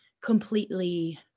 completely